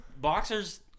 boxers